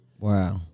wow